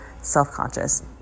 self-conscious